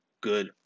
Good